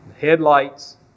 Headlights